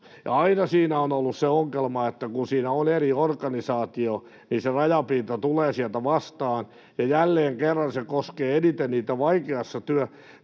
Aina siinä on ollut se ongelma, että kun siinä on eri organisaatio, se rajapinta tulee sieltä vastaan, ja jälleen kerran se koskee eniten niitä vaikeassa